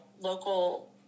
local